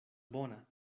bona